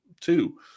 two